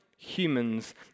humans